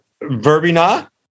verbena